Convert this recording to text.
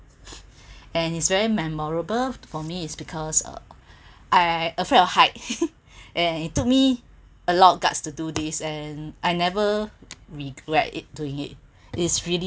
and it's very memorable for me is because uh I afraid of height and it took me a lot of guts to do this and I never regret it doing it is really